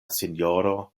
sinjoro